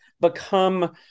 become